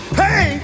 hey